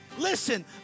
Listen